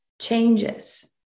changes